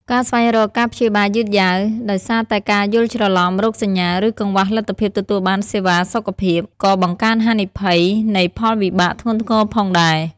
ការស្វែងរកការព្យាបាលយឺតយ៉ាវ ដោយសារតែការយល់ច្រឡំរោគសញ្ញា ឬកង្វះលទ្ធភាពទទួលបានសេវាសុខភាព ក៏បង្កើនហានិភ័យនៃផលវិបាកធ្ងន់ធ្ងរផងដែរ។